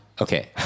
Okay